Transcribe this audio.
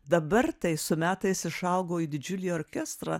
dabar tai su metais išaugo į didžiulį orkestrą